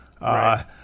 Right